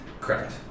Correct